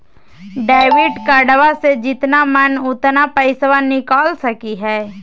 Debit कार्डबा से जितना मन उतना पेसबा निकाल सकी हय?